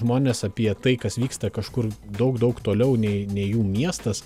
žmonės apie tai kas vyksta kažkur daug daug toliau nei nei jų miestas